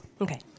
Okay